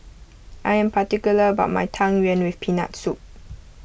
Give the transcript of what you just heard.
I am particular about my Tang Yuen with Peanut Soup